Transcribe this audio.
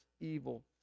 evil